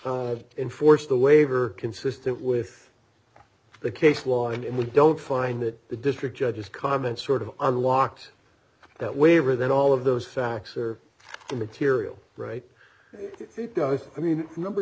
we enforce the waiver consistent with the case law and if we don't find that the district judges comments sort of unlocks that waiver then all of those facts are immaterial right i mean number of